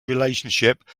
relationship